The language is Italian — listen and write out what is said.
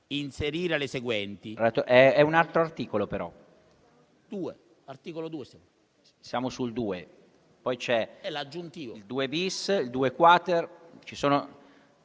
*inserire le seguenti*: